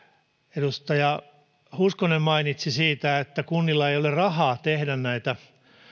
edustaja hoskonen mainitsi siitä että kunnilla ei ole rahaa tehdä näitä